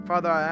Father